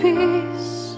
Peace